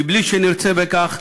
בלי שנרצה בכך,